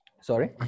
Sorry